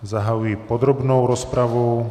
Zahajuji podrobnou rozpravu.